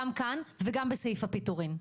גם כאן וגם בסעיף הפיטורין,